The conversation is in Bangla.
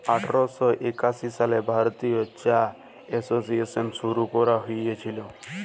আঠার শ একাশি সালে ভারতীয় চা এসোসিয়েশল শুরু ক্যরা হঁইয়েছিল